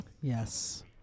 Yes